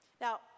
Now